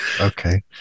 okay